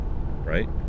right